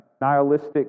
nihilistic